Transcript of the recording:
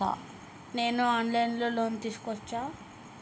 నేను online లో loan తీసుకోవచ్చా?